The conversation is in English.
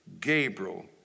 Gabriel